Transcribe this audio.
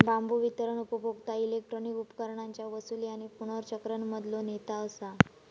बांबू वितरण उपभोक्ता इलेक्ट्रॉनिक उपकरणांच्या वसूली आणि पुनर्चक्रण मधलो नेता असा